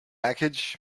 package